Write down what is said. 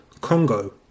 Congo